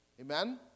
amen